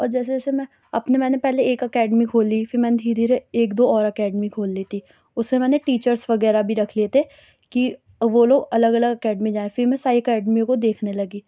اور جیسے جیسے میں اپنے میں نے پہلے ایک اکیڈمی کھولی پھر میں نے دھیرے دھیرے ایک دو اور اکیڈمی کھول لی تھی اُس میں میں نے ٹیچرس وغیرہ بھی رکھ لیے تھے کہ وہ لوگ الگ الگ اکیڈمی جائیں پھر میں ساری اکیڈمیوں کو دیکھنے لگی